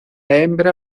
hembra